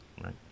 right